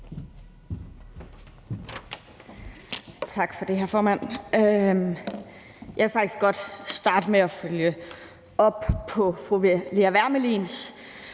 Tak for det, hr. formand. Jeg vil faktisk godt starte med at følge op på fru Lea Wermelins